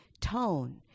tone